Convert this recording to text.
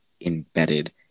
embedded